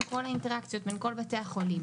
שדייתנו את כל הכסף לקופה, למה לבתי החולים?